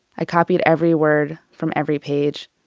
i copied every word from every page.